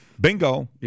bingo